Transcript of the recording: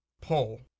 pull